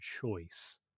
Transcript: choice